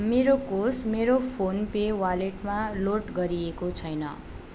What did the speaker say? मेरो कोष मेरो फोन पे वालेटमा लोड गरिएको छैन